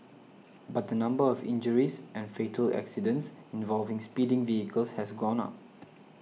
but the number of injuries and fatal accidents involving speeding vehicles has gone up